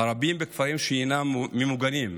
הרבים בכפרים שאינם ממוגנים,